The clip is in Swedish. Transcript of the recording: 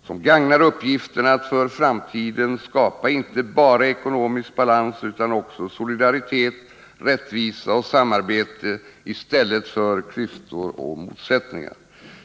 och som gagnar uppgiften att för framtiden skapa inte bara ekonomisk balans utan också solidaritet, rättvisa och samarbete i stället för klyftor och motsättningar.